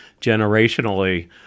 generationally